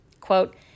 Quote